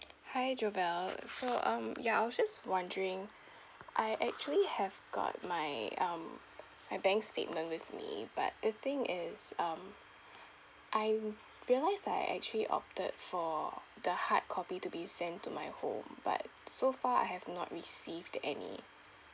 hi jobelle so um ya I was just wondering I actually have got my um my bank statement with me but the thing is um I realised that I actually opted for the hardcopy to be sent to my home but so far I have not received any